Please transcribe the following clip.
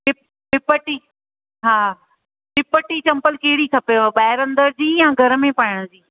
टीप टी पटी हा टी पटी चंपल कहिड़ी खपेव ॿाहिरि अंदरि जी या घर में पाइण जी